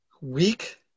weak